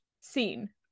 seen